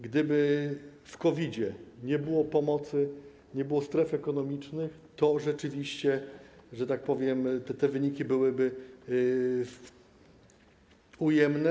Gdyby w COVID-zie nie było pomocy, nie było stref ekonomicznych, to rzeczywiście, że tak powiem, te wyniki byłyby ujemne.